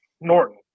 norton